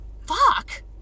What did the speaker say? Fuck